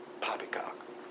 Poppycock